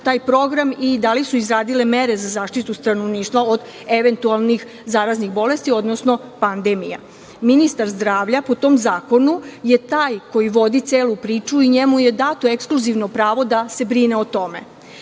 taj program i da li su izradile mere za zaštitu stanovništva od eventualnih zaraznih bolesti, odnosno pandemija. Ministar zdravlja po tom zakon je taj koji vodi celu priču i njemu je dato ekskluzivno pravo da se brine o tome.